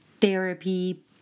therapy